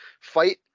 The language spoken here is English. fight